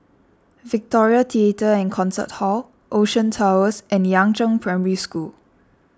Victoria theatre and Concert Hall Ocean Towers and Yangzheng Primary School